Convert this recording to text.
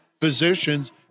physicians